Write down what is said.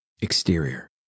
Exterior